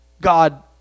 God